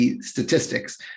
statistics